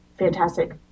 Fantastic